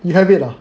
you have it lah